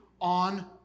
on